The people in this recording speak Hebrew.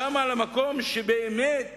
שם על המקום, שבאמת